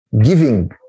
giving